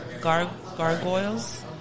gargoyles